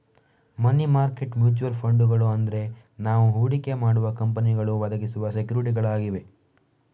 ಮನಿ market mutual ಫಂಡುಗಳು ಅಂದ್ರೆ ನಾವು ಹೂಡಿಕೆ ಮಾಡುವ ಕಂಪನಿಗಳು ಒದಗಿಸುವ ಸೆಕ್ಯೂರಿಟಿಗಳಾಗಿವೆ